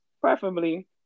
preferably